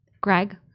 Greg